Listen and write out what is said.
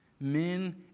Men